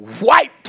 wiped